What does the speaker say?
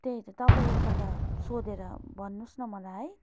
त्यही त तपाईँ एकपल्ट सोधेर भन्नुहोस् न मलाई है